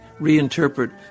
reinterpret